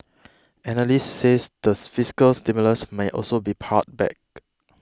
analysts says the fiscal stimulus may also be pared back